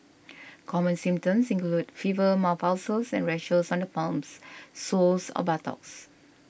common symptoms include fever mouth ulcers and on the palms soles or buttocks